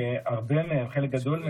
שישמעו אזרחי ישראל.